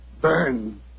burn